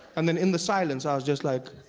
and and in the silence i was just like,